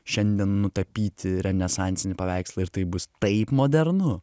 šiandien nutapyti renesansinį paveikslą ir tai bus taip modernu